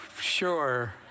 sure